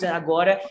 agora